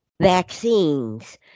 vaccines